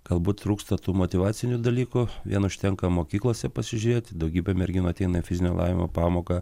galbūt trūksta tų motyvacinių dalykų vien užtenka mokyklose pasižiūrėti daugybę merginų ateina į fizinio lavinimo pamoką